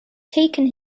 taken